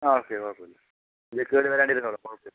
ആ ഓക്കെ കുഴപ്പമില്ല കുഴപ്പമില്ല